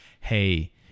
hey